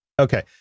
Okay